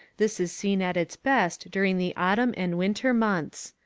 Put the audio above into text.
this is seen at its best during the autumn and winter months.